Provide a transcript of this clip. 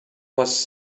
was